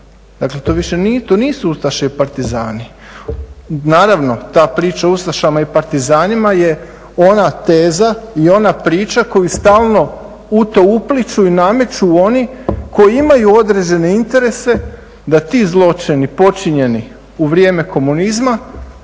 nije, to nisu Ustaše i Partizani. Naravno, ta priča o Ustašama i Partizanima je ona teza i ona priča koju stalno u to upliću i nameću oni koji imaju određene interese da ti zločini počinjeni u vrijeme komunizma